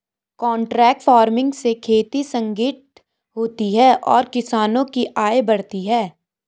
contract farming से खेती संगठित होती है और किसानों की आय बढ़ती है